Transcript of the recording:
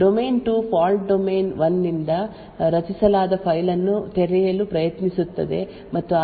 domain 2 fault domain 1 ರಿಂದ ರಚಿಸಲಾದ file ಅನ್ನು ತೆರೆಯಲು ಪ್ರಯತ್ನಿಸುತ್ತಿದೆ ಮತ್ತು ಆದ್ದರಿಂದ ಇದು ಅಂತಹ ವಿನಂತಿಯನ್ನು ತಡೆಯುತ್ತದೆ